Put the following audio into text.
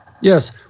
Yes